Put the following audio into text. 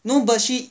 no but she